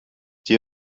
die